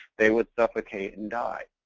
they would suffocate and die.